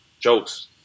jokes